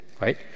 right